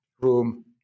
room